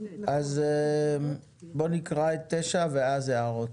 אז בואו נקרא את 9 ואז הערות.